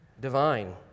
divine